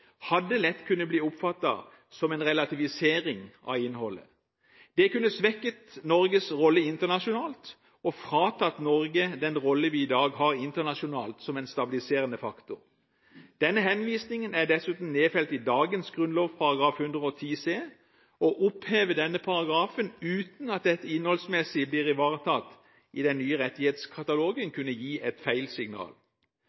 hadde lett kunnet bli oppfattet som en relativisering av innholdet. Det kunne svekket Norges rolle internasjonalt og fratatt Norge den rolle vi i dag har internasjonalt som en stabiliserende faktor. Denne henvisningen er dessuten nedfelt i dagens grunnlov § 110 c. Å oppheve denne paragrafen uten at dette innholdsmessig blir ivaretatt i den nye rettighetskatalogen,